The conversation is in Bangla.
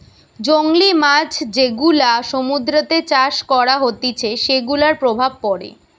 জংলী মাছ যেগুলা সমুদ্রতে চাষ করা হতিছে সেগুলার প্রভাব পড়ে